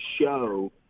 show